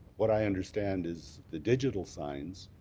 what i understand is the digital signs,